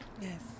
Yes